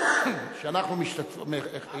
אתה הורס את כולם.